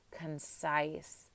concise